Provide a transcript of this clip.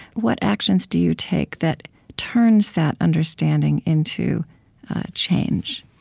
what actions do you take that turns that understanding into change?